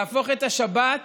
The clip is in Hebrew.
להפוך את השבת